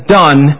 done